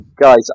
guys